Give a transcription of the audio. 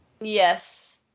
Yes